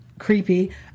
creepy